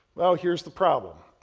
well, here's the problem.